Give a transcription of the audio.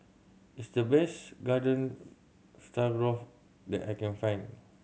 this the best Garden Stroganoff that I can find